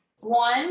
One